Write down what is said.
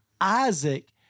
Isaac